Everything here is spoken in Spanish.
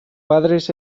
padres